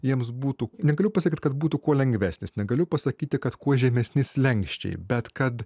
jiems būtų negaliu pasakyti kad būtų kuo lengvesnis negaliu pasakyti kad kuo žemesni slenksčiai bet kad